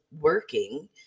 working